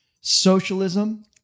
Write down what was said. socialism